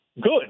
good